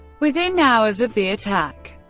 within hours of the attack,